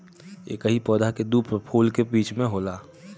एकही पौधा के दू फूल के बीच में होला